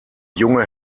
junge